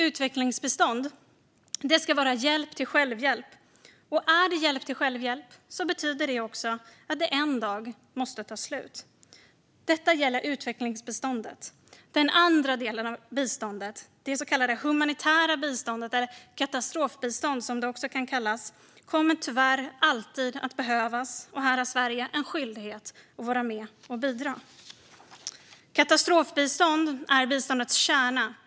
Utvecklingsbistånd ska vara hjälp till självhjälp, och är det hjälp till självhjälp betyder det också att det en dag måste ta slut. Detta gäller utvecklingsbiståndet. Den andra delen av biståndet, det humanitära biståndet eller katastrofbistånd som det också kallas, kommer tyvärr alltid att behövas. Här har Sverige en skyldighet att vara med och bidra. Katastrofbistånd är biståndets kärna.